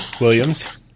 Williams